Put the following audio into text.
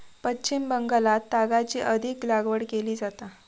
पश्चिम बंगालात तागाची अधिक लागवड केली जाता